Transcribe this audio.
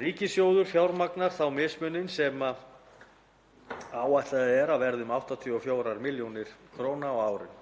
Ríkissjóður fjármagnar þá mismuninn sem áætlað er að verði 84 millj. kr. á árinu.